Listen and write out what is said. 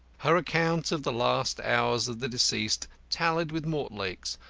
her account of the last hours of the deceased tallied with mortlake's,